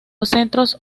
centros